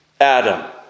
Adam